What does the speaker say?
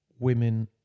women